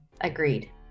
Agreed